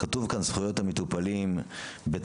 כתוב כאן זכויות המטופלים וצרכיהם,